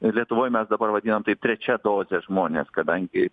lietuvoj mes dabar vadinam tai trečia dozė žmonės kadangi